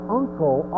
uncle